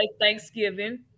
Thanksgiving